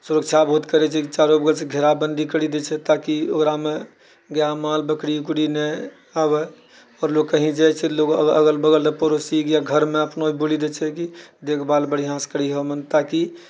सुरक्षा बहुत करैत छै चारू बगलसँ घेराबन्दी करि दैत छै ताकि ओकरामे गाए माल बकरी उकरी नहि आबय आओर लोक कहीँ जाइत छै लोग अगल बगल पड़ोसी या घरमे अपनो बोलि दैत छै कि देखभाल बढ़िआँसँ करिहऽ ताकि